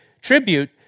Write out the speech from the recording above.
tribute